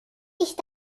ich